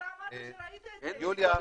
אתה אמרת שראית את זה, תראה.